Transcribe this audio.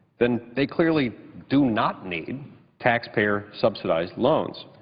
then they clearly do not need taxpayer-subsidized loans.